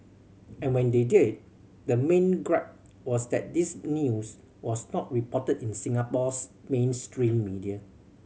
and when they did the main gripe was that this news was not reported in Singapore's mainstream media